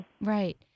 Right